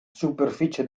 superficie